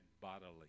bodily